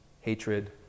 hatred